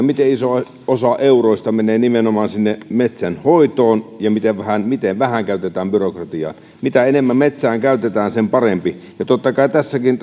miten iso osa euroista menee nimenomaan sinne metsän hoitoon ja miten vähän miten vähän käytetään byrokratiaan mitä enemmän metsään käytetään sen parempi ja totta kai tässäkin